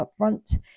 upfront